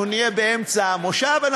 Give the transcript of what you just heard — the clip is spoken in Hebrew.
אנחנו נהיה באמצע המושב,